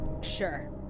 Sure